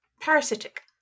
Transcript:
parasitic